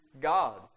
God